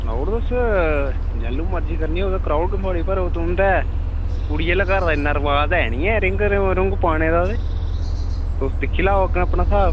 सनाई ओड़ो तुस जैह्लूं मर्जी करनी होगी ते कराई ओड़गा थुआढ़ी पर तुं'दे कुड़ी आह्लें दे घर इन्ना रवाज है निं रिंग रुंग पोआनै दा ते तुस दिक्खी लाओ अग्गें अपना स्हाब